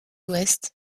ouest